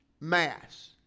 Mass